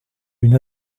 une